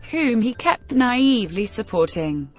whom he kept naively supporting.